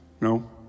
No